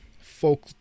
folk